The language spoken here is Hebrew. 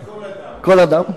כל אדם,